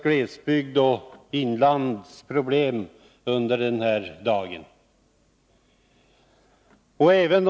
Glesbygdsoch inlandsproblemen har diskuterats ingående här i dag.